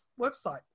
website